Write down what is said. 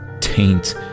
taint